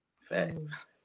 Facts